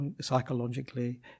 psychologically